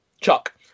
Chuck